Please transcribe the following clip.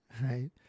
right